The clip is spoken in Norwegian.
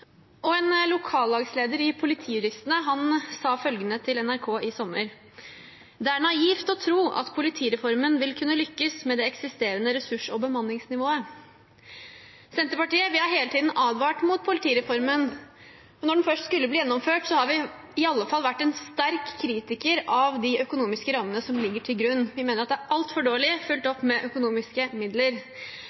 økonomi. En lokallagsleder i Politijuristene sa til NRK i sommer: «Det er naivt å tro at politireformen vil kunne lykkes med det eksisterende ressurs- og bemanningsnivået.» Vi i Senterpartiet har hele tiden advart mot politireformen. Når den først skulle bli gjennomført, har vi i alle fall vært en sterk kritiker av de økonomiske rammene som ligger til grunn. Vi mener at det er altfor dårlig fulgt opp med økonomiske midler.